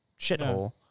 shithole